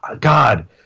God